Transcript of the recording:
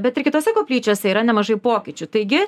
bet ir kitose koplyčiose yra nemažai pokyčių taigi